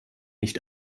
nicht